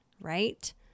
right